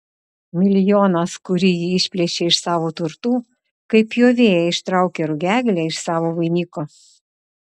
milijonas kurį ji išplėšė iš savo turtų kaip pjovėja ištraukia rugiagėlę iš savo vainiko